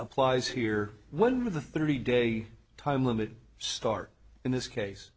applies here one of the three day time limit start in this case